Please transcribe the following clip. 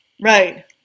Right